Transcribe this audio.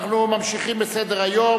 ההצעה להסיר מסדר-היום